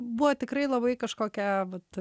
buvo tikrai labai kažkokia vat